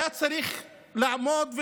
היה צריך לעמוד,